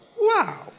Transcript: Wow